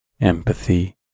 empathy